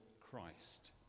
Christ